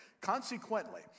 Consequently